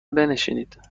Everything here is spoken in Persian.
بنشینید